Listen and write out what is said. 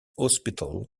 hospital